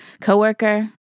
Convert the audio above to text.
co-worker